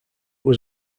was